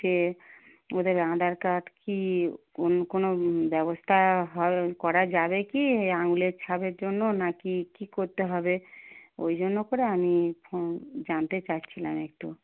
যে ওদের আধার কার্ড কি অন্য কোনো ব্যবস্থা হয় করা যাবে কি এই আঙুলের ছাপের জন্য না কি কী করতে হবে ওই জন্য করে আমি ফোন জানতে চাইছিলাম একটু